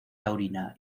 taurina